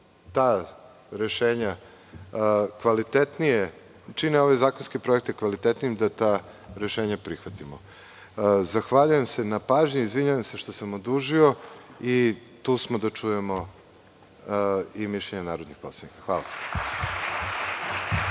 ta rešenja kvalitetnijim čine ove zakonske projekte da ta rešenja prihvatimo. Zahvaljujem se na pažnji. Izvinjavam se što sam odužio i tu smo da čujemo i mišljenja narodnih poslanika. Hvala.